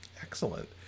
Excellent